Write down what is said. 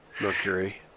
Mercury